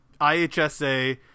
IHSA